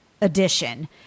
edition